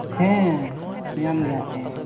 ᱦᱮᱸ ᱧᱟᱢ ᱜᱮᱭᱟ ᱯᱮ